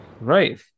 right